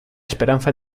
esperanza